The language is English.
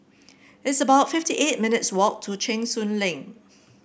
it's about fifty eight minutes' walk to Cheng Soon Lane